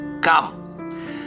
Come